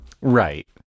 right